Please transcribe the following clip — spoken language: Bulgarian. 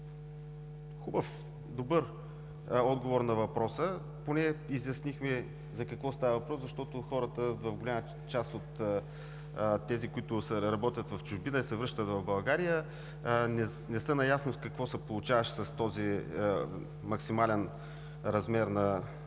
и добър отговор на въпроса. Поне изяснихме за какво става въпрос, защото хората в голямата си част от тези, които работят в чужбина и се връщат в България, не са наясно какво се получава с този максимален размер на